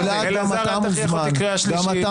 גלעד, אל תכריח אותי לקרוא אותך בקריאה שלישית.